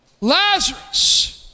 Lazarus